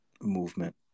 movement